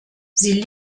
sie